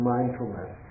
Mindfulness